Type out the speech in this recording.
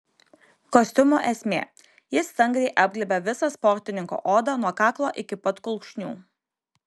kostiumo esmė jis stangriai apglėbia visą sportininko odą nuo kaklo iki pat kulkšnių